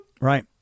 Right